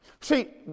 See